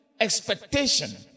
expectation